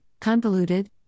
convoluted